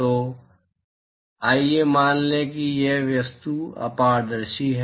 तो आइए मान लें कि ये वस्तुएं अपारदर्शी हैं